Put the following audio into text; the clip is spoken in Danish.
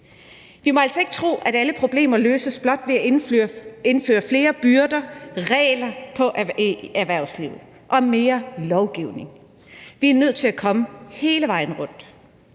Vi må altså ikke tro, at alle problemer løses blot ved at indføre flere byrder og regler i erhvervslivet og mere lovgivning. Vi er nødt til at komme hele vejen rundt.